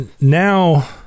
now